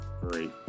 Great